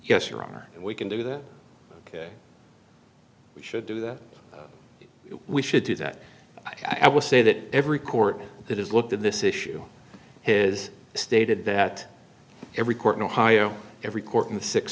yes your honor and we can do that ok we should do that we should do that i will say that every court that has looked at this issue is stated that every court in ohio every court in the six